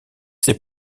ces